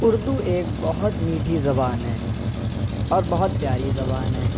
اردو ایک بہت میٹھی زبان ہے اور بہت پیاری زبان ہے